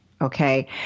Okay